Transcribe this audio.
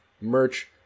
merch